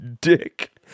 Dick